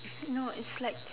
is no is like